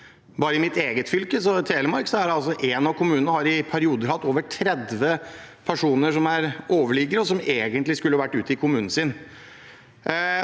Bare i mitt eget fylke, Telemark, har altså en av kommunene i perioder hatt over 30 personer som overliggere – som egentlig skulle ha vært ute i kommunen sin.